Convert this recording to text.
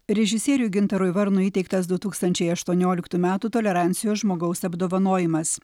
režisieriui gintarui varnui įteiktas du tūkstančiai aštuonioliktų metų tolerancijos žmogaus apdovanojimas